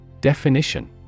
Definition